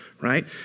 right